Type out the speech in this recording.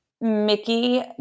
Mickey